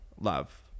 Love